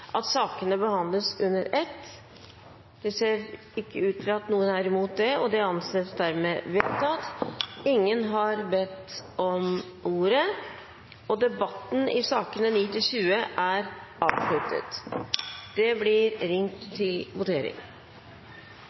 at sakene behandles under ett. – Det anses vedtatt. Ingen har bedt om ordet til noen av disse sakene. Stortinget er da klar til å gå til votering.